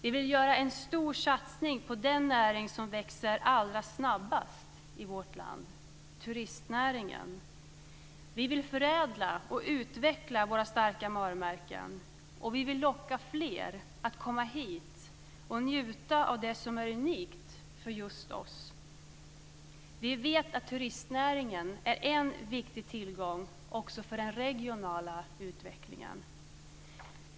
Vi vill göra en stor satsning på den näring som växer allra snabbast i vårt land, turistnäringen. Vi vill förädla och utveckla våra starka varumärken. Vi vill locka fler att komma hit och njuta av det som är unikt för just oss. Vi vet att turistnäringen är en viktig tillgång också för den regionala utvecklingen.